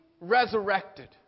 resurrected